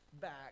back